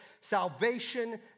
salvation